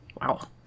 Wow